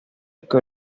que